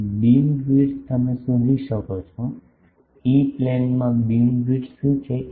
હવે બીમવિડ્થ તમે શોધી શકો છો ઇ પ્લેનમાં બીમવિડ્થ શું છે